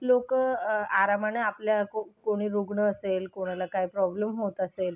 लोक आरामाने आपल्या कोणी रुग्ण असेल कोणाला काही प्रॉब्लेम होत असेल